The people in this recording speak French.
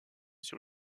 sur